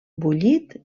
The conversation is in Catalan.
bullit